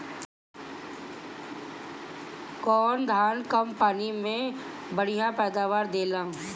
कौन धान कम पानी में बढ़या पैदावार देला?